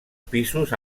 pisos